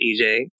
EJ